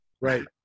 right